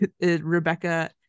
rebecca